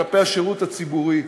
כלפי השירות הציבורי.